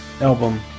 album